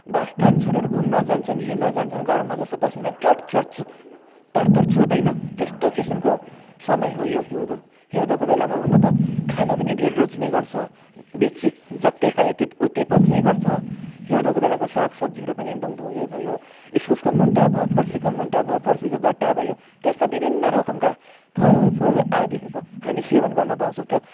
वासस्थान छोडेर घुम्न जान्छन् हेर्न जान्छन् गरममा जस्तो पसिना च्वाट च्वाट तर्र तर्र चुहँदैन त्यस्तो किसिमको समय हो यो हिउँद हिउँदको बेलामा हुन त खाना पनि धेरै रुच्ने गर्छ बेसी जति खायो त्यति उति पच्ने गर्छ हिउँदको बेलाको साग सब्जीहरू पनि दुङ्दुङे भयो इस्कुसको मुन्टा भयो फर्सीको मुन्टा भयो फर्सीको गट्टा भयो त्यस्ता विभिन्न रकमका फल फुल आदिहरूको हामी सेवन गर्न पाउँछौँ त्यो